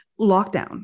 lockdown